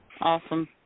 Awesome